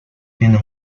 tienen